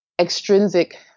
extrinsic